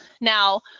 Now